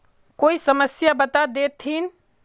कोई समस्या बता देतहिन?